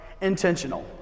intentional